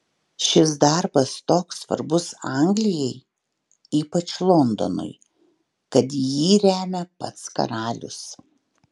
šis darbas toks svarbus anglijai ypač londonui kad jį remia pats karalius